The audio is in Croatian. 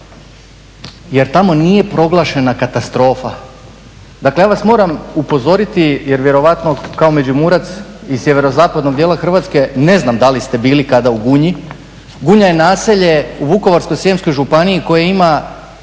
jer tamo nije proglašena katastrofa. Dakle, ja vas moram upozoriti jer vjerojatno kao Međimurac iz sjeverozapadnog dijela Hrvatske ne znam da li ste bili kada u Gunji. Gunja je naselje u Vukovarsko-srijemskoj županiji koje ima